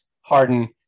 Harden